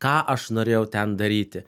ką aš norėjau ten daryti